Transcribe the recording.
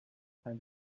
fin